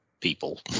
people